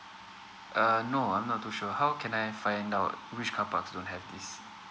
uh no I'm not too sure how can I find out which carparks don't have this